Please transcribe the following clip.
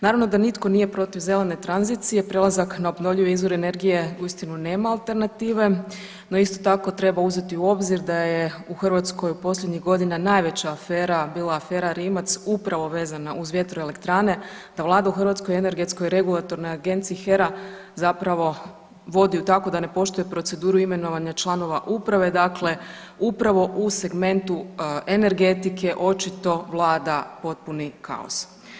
Naravno da nitko nije protiv zelene tranzicije, prelazak na obnovljive izvore energije uistinu nema alternative, no isto tako treba uzeti u obzir da je u Hrvatskoj u posljednjih godina najveća afera bila afera Rimac upravo vezana uz vjetroelektrane, da vlada u Hrvatskoj energetskoj regulatornoj agenciji HERA zapravo vodi ju tako da ne poštuje proceduru imenovanja članova uprave, dakle upravo u segmentu energetike očito vlada potpuni kaos.